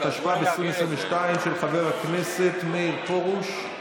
התשפ"ב 2022, של חבר הכנסת מאיר פרוש.